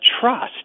trust